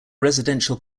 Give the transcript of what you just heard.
residential